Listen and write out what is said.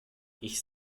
ich